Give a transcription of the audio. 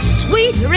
sweet